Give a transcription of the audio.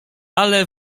ale